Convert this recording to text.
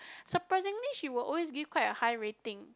surprisingly she will always give quite a high rating